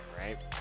right